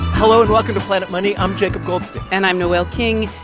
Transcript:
hello, and welcome to planet money. i'm jacob goldstein and i'm noel king,